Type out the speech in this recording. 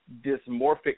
dysmorphic